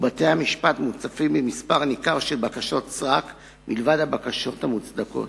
ובתי-המשפט מוצפים במספר ניכר של בקשות סרק מלבד הבקשות המוצדקות.